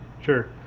sure